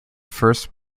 first